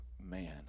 man